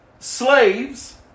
Slaves